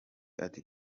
ati